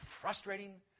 frustrating